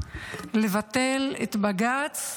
לבטל את בג"ץ